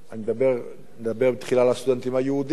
נדבר תחילה על הסטודנטים היהודים.